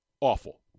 awful